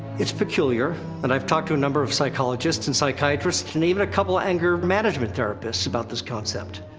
it's peculiar, and i've talked to a number of psychologists and psychiatrists, and even a couple of anger management therapists about this concept.